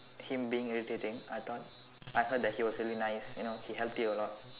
him being irritating I thought I heard that he was really nice you know he helped you a lot